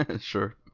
Sure